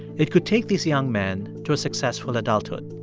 it could take these young men to a successful adulthood,